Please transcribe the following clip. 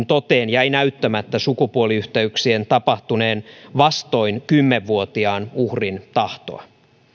toteen jäi näyttämättä sukupuoliyhteyksien tapahtuneen vastoin kymmenvuotiaan uhrin tahtoa